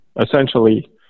essentially